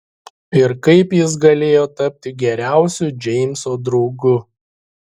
ir kaip jis galėjo tapti geriausiu džeimso draugu